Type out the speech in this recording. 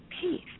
peace